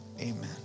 Amen